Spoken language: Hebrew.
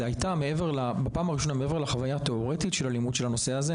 מעבר לחוויה התיאורטית של הלימוד של הנושא הזה,